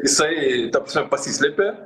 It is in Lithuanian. jisai ta prasme pasislėpė